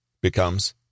Becomes